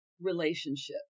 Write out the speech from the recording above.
relationship